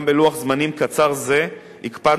גם בלוח זמנים קצר זה הקפדנו,